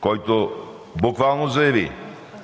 който буквално заяви,